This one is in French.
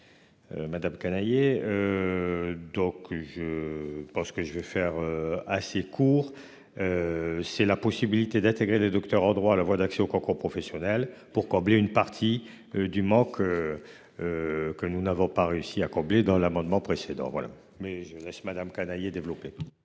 Madame Canayer. Donc je pense que je vais faire assez court. C'est la possibilité d'intégrer les docteurs en droit à la voie d'accès au concours professionnel pour combler une partie du manque. Que nous n'avons pas réussi à combler dans l'amendement précédent. Voilà mais je laisse Madame Canayer développer.